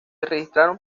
registraron